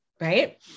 Right